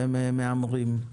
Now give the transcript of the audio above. והם מהמרים,